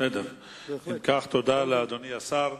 אם כך, תודה לאדוני השר.